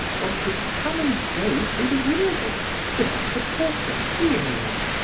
one could come and go through the window without the porter seeing one.